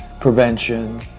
prevention